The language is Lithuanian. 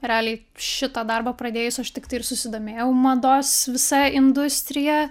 realiai šitą darbą pradėjus aš tiktai ir susidomėjau mados visa industrija